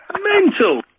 Mental